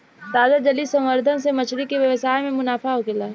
ताजा जलीय संवर्धन से मछली के व्यवसाय में मुनाफा होखेला